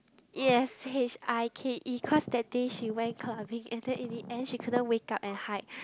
yes H_I_K_E cause that day she went clubbing and then in the end she couldn't wake up and hike